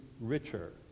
richer